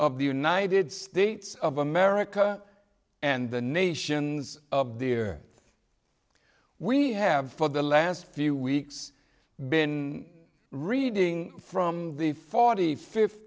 of the united states of america and the nations of the year we have for the last few weeks been reading from the forty fifth